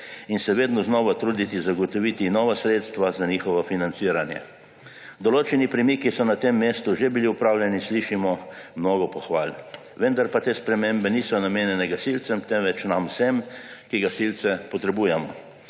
in se vedno znova truditi zagotoviti nova sredstva za njihovo financiranje. Določeni premiki so na tem mestu že bili opravljeni, slišimo mnogo pohval, vendar pa te spremembe niso namenjene gasilcem, temveč nam vsem, ki gasilce potrebujemo.